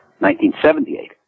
1978